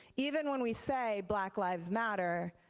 even when we say black lives matter,